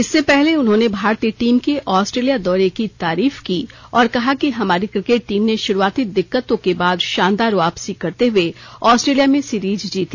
इससे पहले उन्होंने भारतीय टीम के आस्ट्रेलिया दौरे की तारीफ की और कहा कि हमारी क्रिकेट टीम ने शुरुआती दिक्कतों के बाद शानदार वापसी करते हुए आस्ट्रेलिया में सीरीज जीती